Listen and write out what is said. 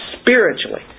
spiritually